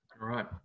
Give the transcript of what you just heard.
right